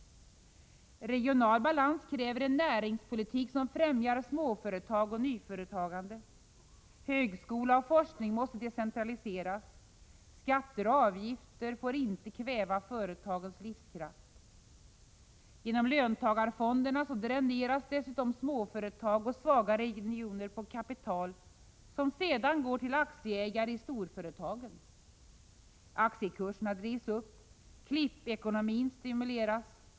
Regional balans kräver en näringspolitik som främjar småföretag och nyföretagande. Högskola och forskning måste decentraliseras. Skatter och avgifter får inte kväva företagens livskraft. Genom löntagarfonderna dräneras dessutom småföretag och svaga regioner på kapital, som sedan går till aktieägare i storföretagen. Aktiekurserna drivs upp. Klippekonomin stimuleras.